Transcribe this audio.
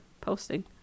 posting